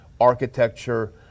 architecture